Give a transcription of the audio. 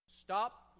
Stop